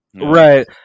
right